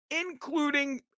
including